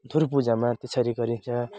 धुर पूजामा त्यसरी गरिन्छ